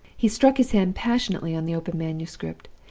he struck his hand passionately on the open manuscript.